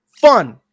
fun